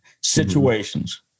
situations